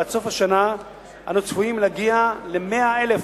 ועד סוף השנה אנו צפויים להגיע ל-100,000